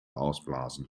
ausblasen